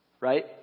Right